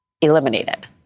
Eliminated